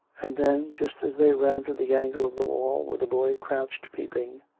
and then, just as they rounded the angle of the wall where the boy crouched peeping,